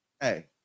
Hey